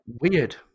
Weird